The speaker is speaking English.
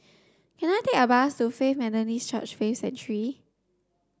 can I take a bus to Faith Methodist Church Faith Sanctuary